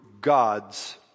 God's